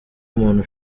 umuntu